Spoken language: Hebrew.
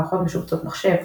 מערכות משובצות מחשב,